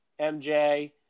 MJ